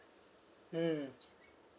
mm